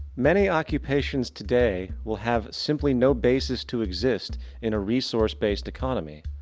many occupations today will have simply no basis to exist in a resourced based economy.